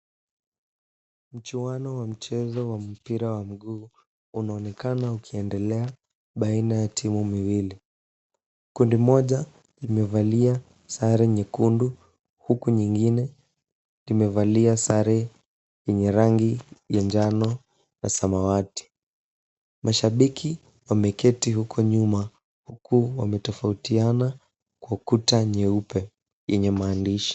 Mchuano wa michezo wa mpira wa miguu unaonekana ukiendelea baina ya timu miwili. Kundi moja imevalia sare nyekundu huku nyingine imevalia sare yenye rangi ya njano na samawati. Mashabiki wameketi huko nyuma huku wametofautiana kwa ukuta nyeupe yenye maandishi.